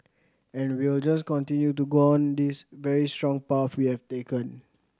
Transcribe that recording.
and we'll just continue to go on this very strong path we have taken